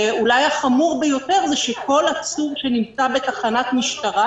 ואולי החמור ביותר הוא שכל עצור שנמצא בתחנת משטרה